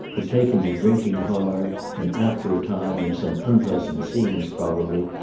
had taken to drinking hard, and after a time, and some unpleasant scenes probably,